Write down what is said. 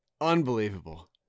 Unbelievable